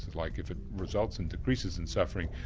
like if it results in decreases in suffering,